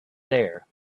there